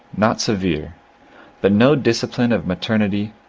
not severe but no discipline of maternity,